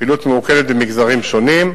פעילות ממוקדת במגזרים שונים,